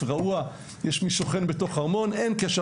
רעוע / יש מי שוכן בתוך ארמון" אין קשר,